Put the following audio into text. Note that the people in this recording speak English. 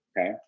okay